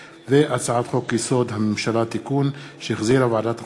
והצעת חוק-יסוד: הממשלה (תיקון) שהחזירה ועדת החוקה,